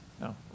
no